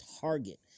Target